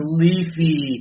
leafy